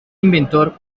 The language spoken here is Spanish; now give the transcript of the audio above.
inventor